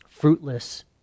fruitless